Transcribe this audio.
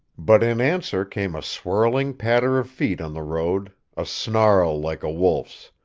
but in answer came a swirling patter of feet on the road, a snarl like a wolf's,